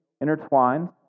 intertwined